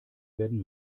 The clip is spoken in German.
werden